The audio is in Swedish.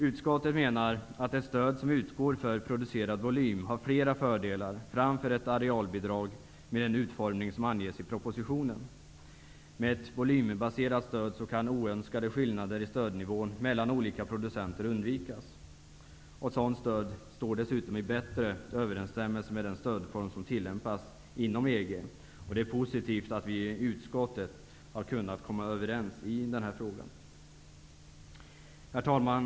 Utskottet menar att ett stöd som utgår för producerad volym har flera fördelar framför ett arealbidrag med den utformning som anges i propositionen. Med ett volymbaserat stöd kan oönskade skillnader i stödnivån mellan olika producenter undvikas. Ett sådant stöd står dessutom i bättre överensstämmelse med den stödform som tillämpas inom EG. Det är positivt att vi i utskottet har kunnat komma överens i denna fråga. Herr talman!